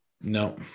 no